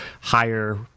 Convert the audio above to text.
higher